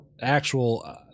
actual